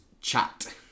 chat